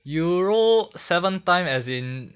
you roll seven time as in